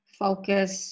focus